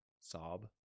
sob